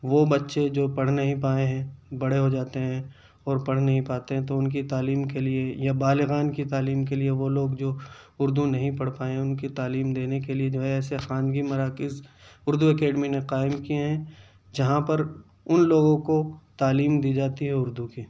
وہ بچے جو پڑھ نہیں پائے ہیں بڑے ہو جاتے ہیں اور پڑھ نہیں پاتے ہیں تو ان کی تعلیم کے لیے یا بالغان کی تعلیم کے لیے وہ لوگ جو اردو نہیں پڑھ پائے ہیں ان کی تعلیم دینے کے لیے جو ہے ایسے خوانگی مراکز اردو اکیڈمی نے قائم کیے ہیں جہاں پر ان لوگوں کو تعلیم دی جاتی ہے اردو کی